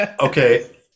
Okay